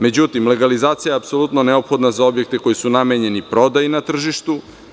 Međutim, legalizacija je apsolutno neophodna za objekte koji su namenjeni prodaji na tržištu.